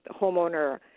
homeowner